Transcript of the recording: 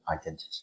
identity